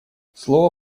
слова